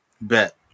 Bet